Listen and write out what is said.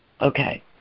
Okay